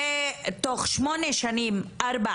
ותוך שמונה שנים ארבע